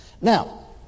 Now